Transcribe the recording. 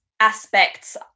aspects